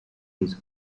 his